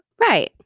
Right